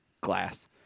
glass